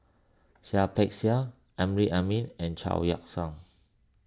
Seah Peck Seah Amrin Amin and Chao Yoke San